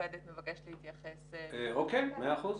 מאמצע חודש מרץ, עד אמצע חודש אוגוסט.